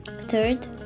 Third